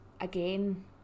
again